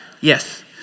Yes